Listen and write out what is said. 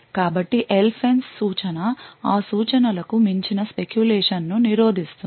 కాబట్టి LFENCE సూచన ఆ సూచనలకు మించిన speculation ను నిరోధిస్తుంది